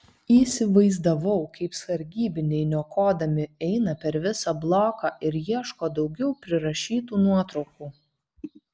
įsivaizdavau kaip sargybiniai niokodami eina per visą bloką ir ieško daugiau prirašytų nuotraukų